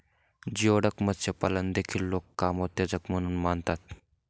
geoduck मत्स्यपालन देखील लोक कामोत्तेजक म्हणून मानतात